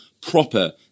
Proper